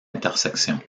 intersection